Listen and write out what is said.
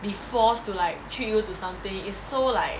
be forced to like treat you to something it's so like